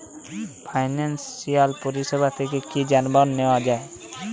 Financial পরিসেবা থেকে কি যানবাহন নেওয়া যায়?